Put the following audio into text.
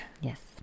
Yes